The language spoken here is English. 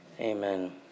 Amen